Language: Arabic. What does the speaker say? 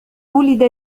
ولد